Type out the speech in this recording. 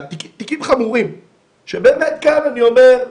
תיקים חמורים שבאמת כאן אני אומר,